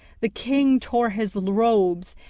the king tore his robes,